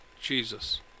Jesus